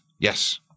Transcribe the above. Yes